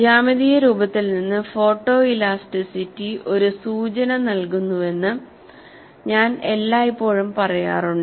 ജ്യാമിതീയ രൂപത്തിൽ നിന്ന് ഫോട്ടോഇലാസ്റ്റിറ്റി ഒരു സൂചന നൽകുന്നുവെന്ന് ഞാൻ എല്ലായ്പ്പോഴും പറയാറുണ്ട്